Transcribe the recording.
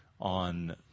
on